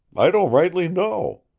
i don't rightly know.